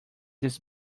this